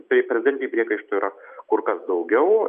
bei prezidentei priekaištų yra kur kas daugiau